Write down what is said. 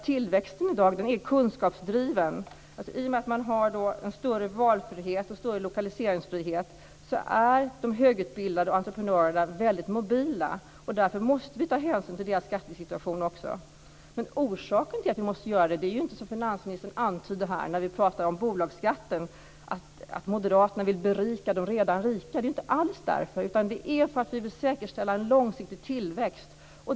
Tillväxten i dag är kunskapsdriven. I och med att man har en större valfrihet och en större lokaliseringsfrihet är de högutbildade och entreprenörerna väldigt mobila. Därför måste vi ta hänsyn till deras skattesituation. Men orsaken till att vi måste göra det är inte som finansministern antydde här när vi pratade om bolagsskatten, nämligen att moderaterna vill berika de redan rika. Det är inte alls därför! Det är i stället för att vi vill säkerställa en långsiktig tillväxt.